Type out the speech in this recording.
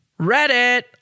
Reddit